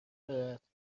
دارد